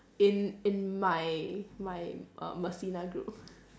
in in my my err group